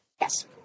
Yes